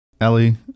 Ellie